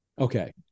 Okay